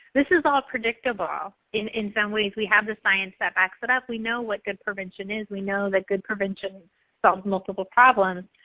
this is all predictable in in some ways. we have the science that backs it up, we know what good prevention is, we know that good prevention solves multiple problems.